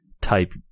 type